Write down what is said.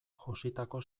jositako